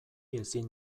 ezin